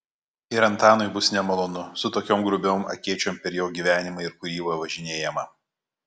ir antanui bus nemalonu su tokiom grubiom akėčiom per jo gyvenimą ir kūrybą važinėjama